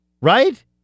Right